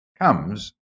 comes